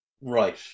Right